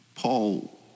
Paul